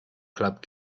club